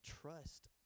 trust